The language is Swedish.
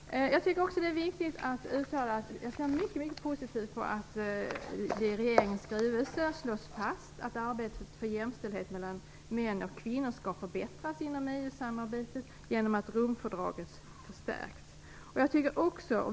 Jag ser mycket positivt på att det i regeringens skrivelse slås fast att arbetet för jämställdhet mellan män och kvinnor skall förbättras inom EU-samarbetet genom att Romfördraget förstärks.